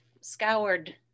scoured